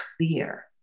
clear